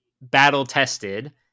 battle-tested